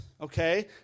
okay